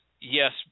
yes